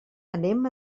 anem